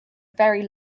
very